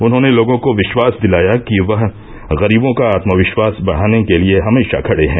उन्होंने लोगों को विष्वास दिलाया कि वह गरीबों का आत्मविष्वास बढ़ाने के लिये हमेषा खड़े है